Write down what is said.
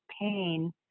pain